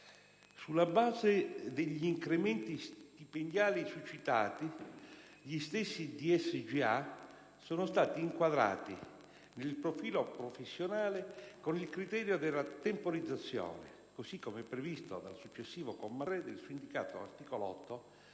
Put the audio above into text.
Sulla base degli incrementi stipendiali succitati, gli stessi DSGA sono stati inquadrati nel profilo professionale con il criterio della temporizzazione, così come previsto dal successivo comma 3, del suindicato articolo 8